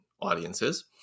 audiences